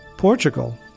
Portugal